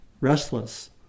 restless